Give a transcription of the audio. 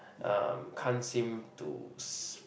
um can't seem to